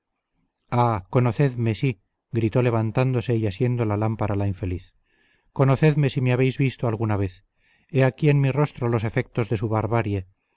conocedme sí gritó levantándose y asiendo la lámpara la infeliz conocedme si me habéis visto alguna vez he aquí en mi rostro los efectos de su barbarie